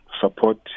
support